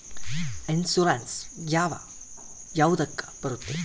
Insurance ಯಾವ ಯಾವುದಕ್ಕ ಬರುತ್ತೆ?